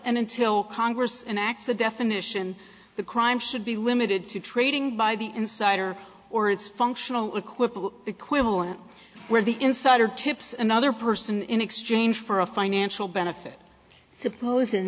and until congress and acts the definition the crime should be limited to trading by the insider or its functional acquittal equivalent where the insider tips and other person in exchange for a financial benefit suppose in